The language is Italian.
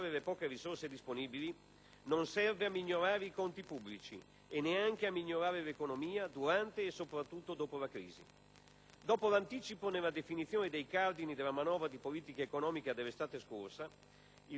non serve a migliorare i conti pubblici e neanche a migliorare l'economia durante e, soprattutto, dopo la crisi. Dopo l'anticipo nella definizione dei cardini della manovra di politica economica dell'estate scorsa, il Governo si è ingessato;